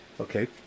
Okay